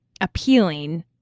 appealing